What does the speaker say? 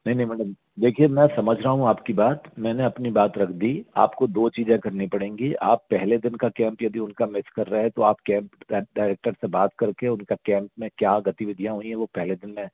नहीं नहीं मैडम देखिए मैं समझ रहा हूँ आपकी बात मैंने अपनी बात रख दी आपको दो चीज़ें करनी पड़ेगी आप पहले दिन का कैम्प यदि उनका मिस्स कर रहे हैं तो आप कैम्प डायरेक्टर से बात कर के उनका कैम्प में क्या गतिविधियाँ हुई हैं वो पहली दिन में